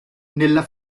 nella